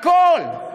הכול.